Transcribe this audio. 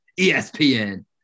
ESPN